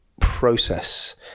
process